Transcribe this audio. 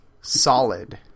solid